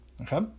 Okay